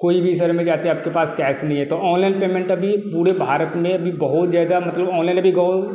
कोई भी शहर में जाते है आप के पास कैस नहीं है तो ऑनलाइन पेमेंट अभी पूरे भारत में अभी बहुत ज़्यादा मतलब ऑनलाइन अभी गाँव